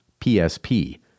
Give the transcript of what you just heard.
PSP